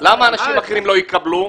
למה אנשים אחרים לא יקבלו?